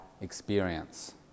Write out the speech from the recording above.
experience